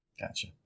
Gotcha